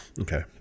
Okay